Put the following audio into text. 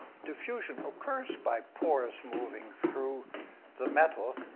diffusion occurs by pores moving through the metal,